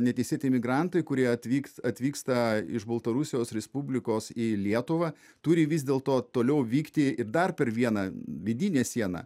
neteisėti imigrantai kurie atvyks atvyksta iš baltarusijos respublikos į lietuvą turi vis dėlto toliau vykti ir dar per vieną vidinę sieną